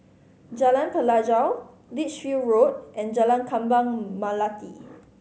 Jalan Pelajau Lichfield Road and Jalan Kembang Melati